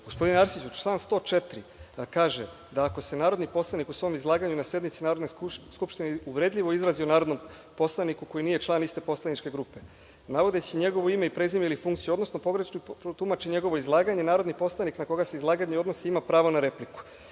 Gospodine Arsiću, član 104. kaže – ako se narodni poslanik u svom izlaganju na sednici Narodne skupštine uvredljivo izrazi o narodnom poslaniku koji nije član iste poslaničke grupe navodeći njegovo ime i prezime ili funkciju, odnosno pogrešno protumači njegovo izlaganje, narodni poslanik na koga se izlaganje odnosi ima pravo na repliku.E